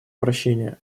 прощения